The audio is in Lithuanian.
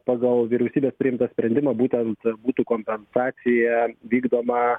pagal vyriausybės priimtą sprendimą būtent būtų kompensacija vykdoma